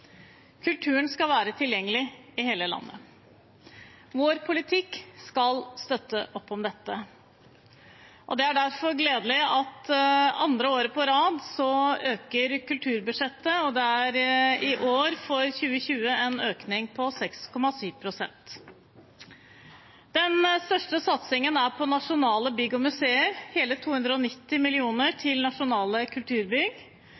Kulturen skal være tilgjengelig i hele landet. Vår politikk skal støtte opp om dette, og det er derfor gledelig at for andre år på rad øker kulturbudsjettet, og det er for 2020 en økning på 6,7 pst. Den største satsingen er på nasjonale bygg og museer, hele 290 mill. kr til nasjonale kulturbygg,